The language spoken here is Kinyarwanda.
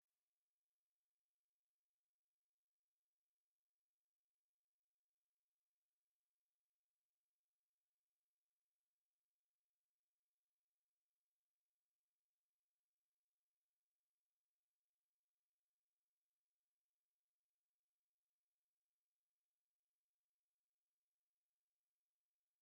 Isomo ry'imibare rirakomera. Abantu benshi usanga bakubwira ko batarikunda kubera ukuntu ribagora kuryiga. Nyamara, hari abandi barikunda, kandi bakishimira kumenya byinshi kuri ryo bitewe nuko ribungura ubumenyi butandukanye, kandi ngo kuryiga neza bigirira akamaro uwaryize.